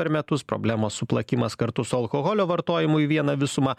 per metus problemos suplakimas kartu su alkoholio vartojimu į vieną visumą